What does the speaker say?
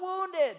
wounded